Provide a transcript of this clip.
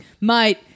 mate